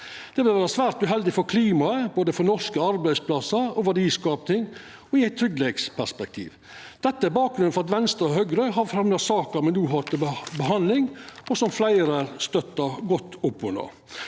Det vil vera svært uheldig for klimaet, for norske arbeidsplassar og verdiskaping og i eit tryggleikspolitisk perspektiv. Dette er bakgrunnen for at Venstre og Høgre har fremja saka me no har til behandling, og som fleire støttar godt opp under.